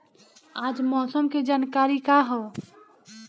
आज मौसम के जानकारी का ह?